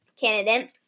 candidate